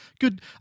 good